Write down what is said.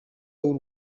w’u